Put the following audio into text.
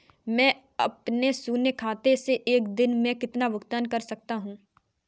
मैं अपने शून्य खाते से एक दिन में कितना भुगतान कर सकता हूँ?